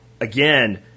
again